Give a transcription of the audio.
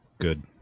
good